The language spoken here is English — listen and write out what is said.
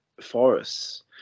forests